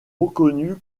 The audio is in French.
reconnut